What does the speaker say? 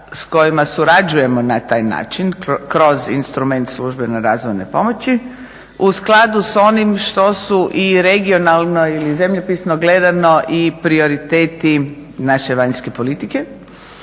s kojima surađujemo na taj način kroz instrument službene razvojne pomoći u skladu s onim što su i regionalno ili zemljopisno gledano i prioriteti naše vanjske politike,